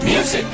Music